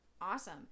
awesome